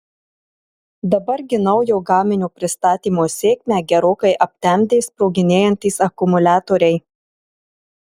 dabar gi naujo gaminio pristatymo sėkmę gerokai aptemdė sproginėjantys akumuliatoriai